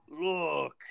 Look